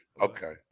okay